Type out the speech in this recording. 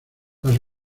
las